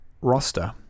roster